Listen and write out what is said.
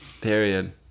period